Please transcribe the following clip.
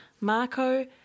Marco